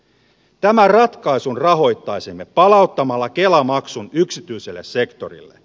tämän ratkaisun rahoittaisimme palauttamalla kela maksun yksityiselle sektorille